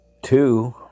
Two